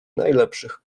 najlepszych